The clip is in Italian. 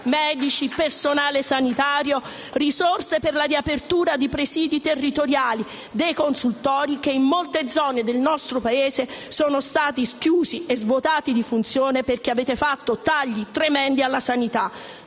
medici, personale sanitario, risorse per la riapertura dei presidi territoriali, dei consultori che in molte zone del nostro Paese sono stati chiusi o svuotati di funzioni perché avete fatto tagli tremendi alla sanità.